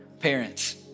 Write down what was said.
parents